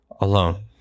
alone